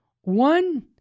one